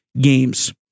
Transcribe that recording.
games